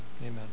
amen